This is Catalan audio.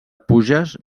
puges